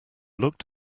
looked